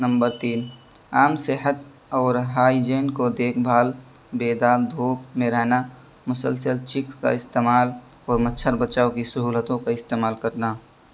number تین عام صحت اور ہائجین کو دیکھ بھال بے داغ دھوپ میں رہنا مسلسل چک کا استعمال اور مچھر بچاؤ کی سہولتوں کا استعمال کرنا